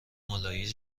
مالایی